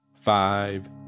five